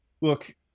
Look